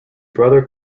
brother